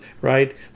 right